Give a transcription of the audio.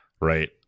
right